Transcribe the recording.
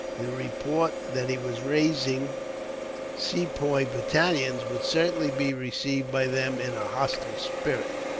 the report that he was raising sepoy battalions would certainly be received by them in a hostile spirit.